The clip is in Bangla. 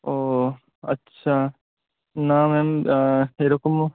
ও আচ্ছা না ম্যাম এইরকম